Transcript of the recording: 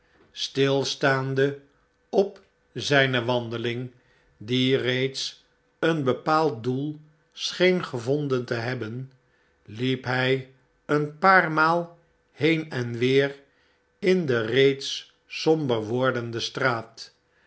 stilstaande op zijne wandeling die reeds een bepaald doel scheen gevonden te hebben liep hy een paar maal heen en weer in de reeds somber wordende straat